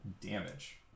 damage